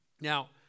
Now